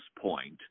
point